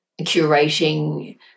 curating